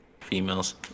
females